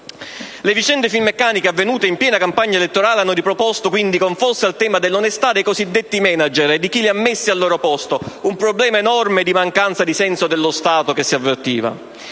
relative a Finmeccanica, avvenute in piena campagna elettorale, hanno riproposto quindi con forza il tema dell'onestà dei cosiddetti *manager* e di chi li ha messi al loro posto: un problema enorme di mancanza di senso dello Stato, che si avvertiva.